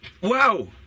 Wow